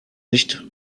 nicht